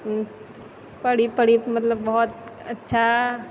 पढ़ि पढ़ि मतलब बहुत अच्छा